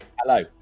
Hello